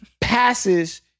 passes